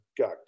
got